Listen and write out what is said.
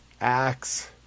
axe